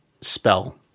spell